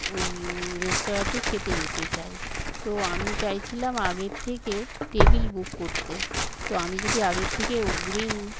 ওই রেস্তোরাঁতে খেতে যেতে চাই তো আমি চাইছিলাম আগের থেকে টেবিল বুক করতে তো আমি যদি আগের থেকে অগ্রিম